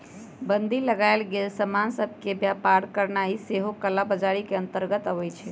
बन्दी लगाएल गेल समान सभ के व्यापार करनाइ सेहो कला बजारी के अंतर्गत आबइ छै